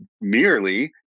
Merely